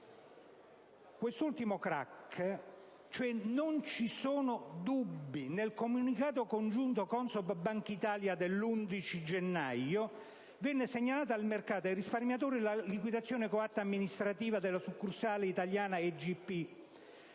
quest'ultimo *crack* non ci sono dubbi. Nel comunicato congiunto CONSOB-Bankitalia dell'11 gennaio venne segnalata al mercato e ai risparmiatori la liquidazione coatta amministrativa della succursale italiana